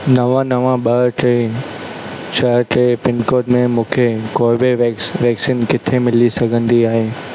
नव नव ॿ टे छह टे पिनकोड में मूंखे कोर्बीवेक्स वैक्सीन किथे मिली सघंदी आहे